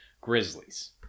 Grizzlies